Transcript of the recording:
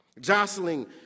Jostling